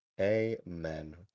amen